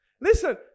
Listen